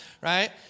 right